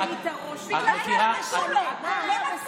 הוא היה סגן ראש מח"ש.